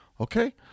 Okay